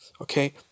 Okay